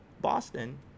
Boston